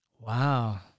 Wow